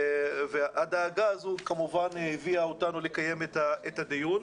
הדאגה הזו כמובן הביאה אותנו לקיים את הדיון.